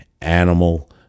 animal